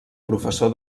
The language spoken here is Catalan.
professor